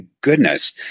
goodness